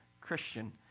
Christian